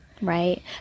Right